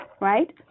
right